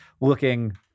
looking